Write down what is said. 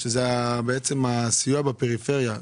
שזה הסיוע בפריפריה,